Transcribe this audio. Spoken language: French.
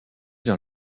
dans